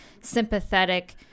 sympathetic